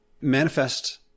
manifest